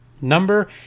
number